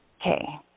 okay